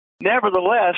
nevertheless